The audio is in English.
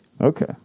Okay